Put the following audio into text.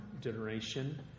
generation